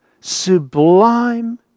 sublime